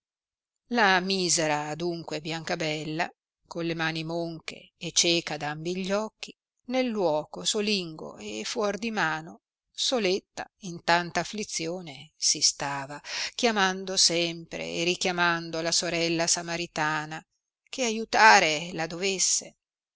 la misera adunque biancabella con le mani monche e cieca d ambi gli occhi nel luoco solingo e fuor di mano soletta in tanta afflizione si stava chiamando sempre e richiamando la sorella samaritana che aiutare la dovesse